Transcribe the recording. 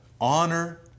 honor